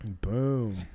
Boom